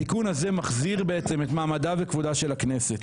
התיקון הזה מחזיר את מעמדה וכבודה של הכנסת.